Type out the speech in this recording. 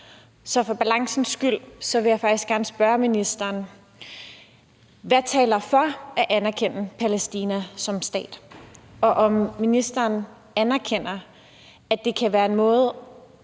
Så for balancen skyld vil jeg faktisk gerne spørge ministeren, hvad der taler for at anerkende Palæstina som stat, og om ministeren anerkender, at det kan være en måde